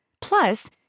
Plus